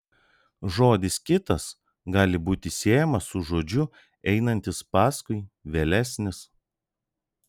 žodis kitas gali būti siejamas su žodžiu einantis paskui vėlesnis